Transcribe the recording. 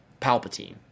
Palpatine